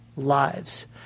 lives